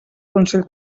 consell